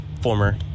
former